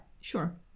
sure